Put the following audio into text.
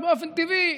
אז באופן טבעי,